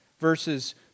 verses